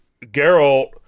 Geralt